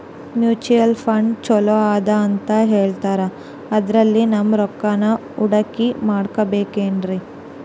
Mutual fund ಛಲೋ ಅದಾ ಅಂತಾ ಹೇಳ್ತಾರ ಅದ್ರಲ್ಲಿ ನಮ್ ರೊಕ್ಕನಾ ಹೂಡಕಿ ಮಾಡಬೋದೇನ್ರಿ?